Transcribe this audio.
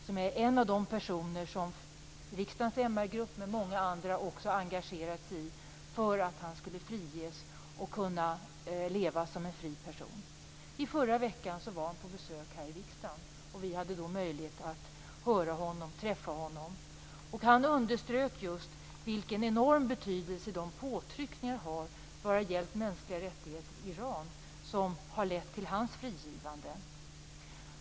Han är en av de personer som riksdagens MR-grupp, men också många andra, engagerat sig i för att han skulle friges och kunna leva som en fri person. I förra veckan var han på besök här i riksdagen, och vi hade då möjlighet att höra och träffa honom. Han underströk vilken enorm betydelse de påtryckningar om mänskliga rättigheter i Iran har som har lett till hans frigivande.